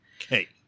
okay